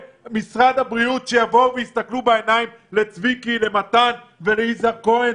יש תוכנית --- איזו תוכנית?